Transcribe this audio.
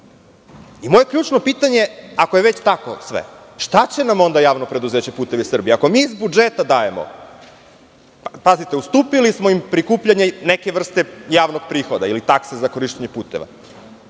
kasa. Moje ključno pitanje, ako je već tako, šta će nam onda JP "Putevi Srbije", ako mi iz budžeta dajemo, pazite, ustupili smo im prikupljanje neke vrste javnog prihoda ili takse za korišćenje puteva,